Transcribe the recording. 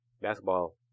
Basketball